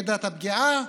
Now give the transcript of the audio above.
מידת הפגיעה,